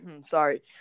Sorry